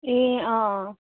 ए अँ अँ